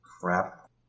Crap